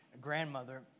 grandmother